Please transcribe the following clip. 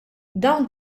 dawn